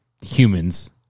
humans